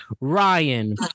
Ryan